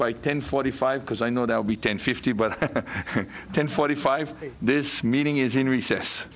by ten forty five because i know there will be ten fifty but ten forty five this meeting is in recess